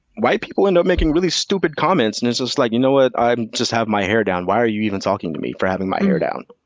white people end up making really stupid comments and it's like, you know what? i just have my hair down. why are you even talking to me for having my hair down?